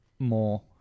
more